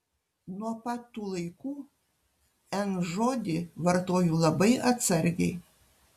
nuo pat tų laikų n žodį vartoju labai atsargiai